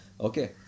Okay